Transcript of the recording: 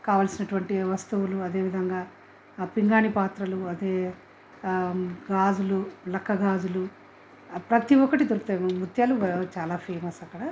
కావలసినటువంటి వస్తువులు అదేవిధంగా ఆ పింగాణి పాత్రలు అదే గాజులు లక్క గాజులు ప్రతీ ఒక్కటి దొరుకుతాయి ముత్యాలు చాలా ఫేమస్ అక్కడ